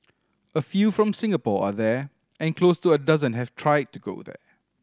a few from Singapore are there and close to a dozen have tried to go there